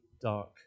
dark